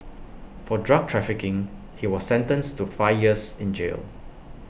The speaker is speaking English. for drug trafficking he was sentenced to five years in jail